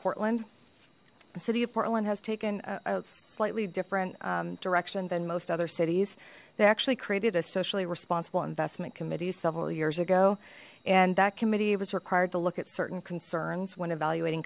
portland the city of portland has taken a slightly different direction than most other cities they actually created a socially responsible investment committee several years ago and that committee was required to look at certain concerns when evaluating